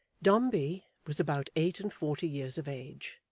dombey was about eight-and-forty years of age.